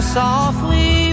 softly